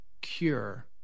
cure